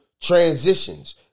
transitions